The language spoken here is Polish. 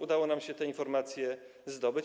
Udało nam się te informacje zdobyć.